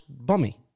bummy